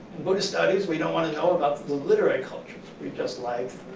buddhist studies, we don't want to know about the literary cultures. we just like